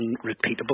unrepeatable